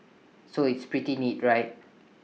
so it's pretty neat right